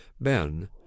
ben